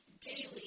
daily